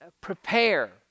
prepare